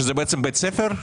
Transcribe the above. זה בית ספר?